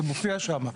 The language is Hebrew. זה מופיע שם.